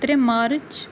ترٛےٚ مارٕچ